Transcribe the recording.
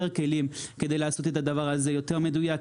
כלים כדי לעשות את הדבר הזה יותר מדויק.